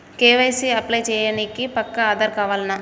KYC apply చేయనీకి పక్కా ఆధార్ కావాల్నా?